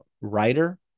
writer